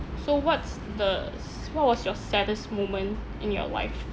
so what's the s~ what was your saddest moment in your life